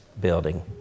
building